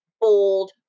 bold